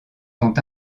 sont